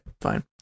fine